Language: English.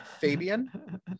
Fabian